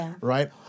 right